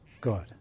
good